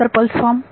तर pulse form